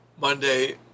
Monday